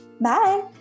Bye